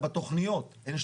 בתכניות.